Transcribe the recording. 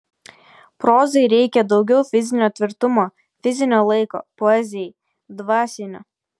prozai reikia daugiau fizinio tvirtumo fizinio laiko poezijai dvasinio